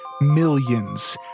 millions